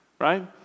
right